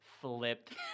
flipped